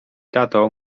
tato